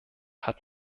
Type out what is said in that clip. hat